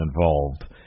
involved